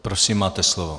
Prosím, máte slovo.